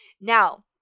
Now